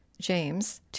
James